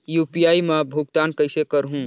UPI मा भुगतान कइसे करहूं?